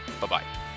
Bye-bye